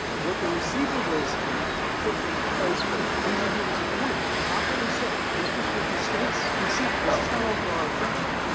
what the receiver was put in place for, the reason he was appointed, and properly so, this was with the state's consent, this is not over our objection,